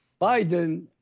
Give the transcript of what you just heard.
Biden